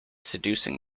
seducing